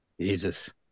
Jesus